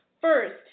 first